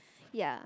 yea